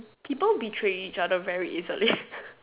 people betray each other very easily